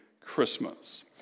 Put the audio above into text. Christmas